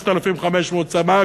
3,500 סמ"ק,